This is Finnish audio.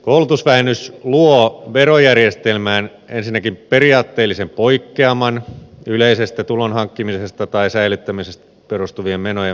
koulutusvähennys luo verojärjestelmään ensinnäkin periaatteellisen poikkeaman yleisestä tulon hankkimisesta tai säilyttämisestä johtuvien menojen vähennyskelpoisuudesta